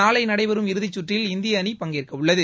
நாளை நடைபெறும் இறுதி சுற்றில் இந்திய அணி பங்கேற்கவுள்ளது